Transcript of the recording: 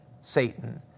Satan